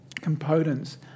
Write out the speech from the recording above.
components